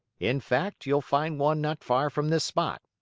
in fact you'll find one not far from this spot.